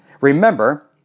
Remember